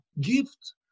gift